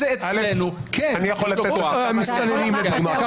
המסתננים לדוגמה.